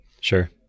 Sure